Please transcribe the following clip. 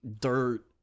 dirt